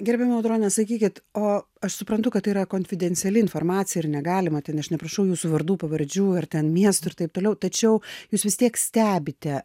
gerbiama audrone sakykit o aš suprantu kad tai yra konfidenciali informacija ir negalima ten aš neprašau jūsų vardų pavardžių ir ten miestų ir taip toliau tačiau jūs vis tiek stebite